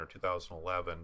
2011